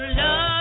love